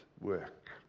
work